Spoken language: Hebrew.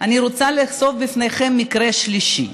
אני רוצה לחשוף בפניכם מקרה שלישי.